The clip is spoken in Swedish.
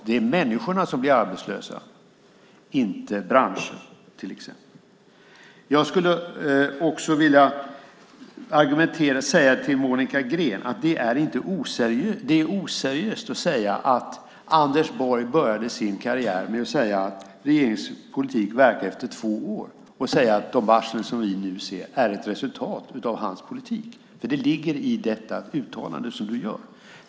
Det är människorna som blir arbetslösa, inte branscher till exempel. Monica Green! Det är oseriöst att säga att Anders Borg började sin karriär med att säga att regeringens politik verkar efter två år och att säga att de varsel vi nu ser är ett resultat av hans politik. Det ligger i det uttalandet som du gjorde.